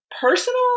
personal